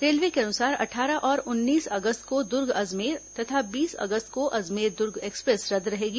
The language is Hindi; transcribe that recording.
रेलवे के अनुसार अटठारह और उन्नीस अगस्त को दुर्ग अजमेर तथा बीस अगस्त को अजमेर दुर्ग एक्सप्रेस रद्द रहेगी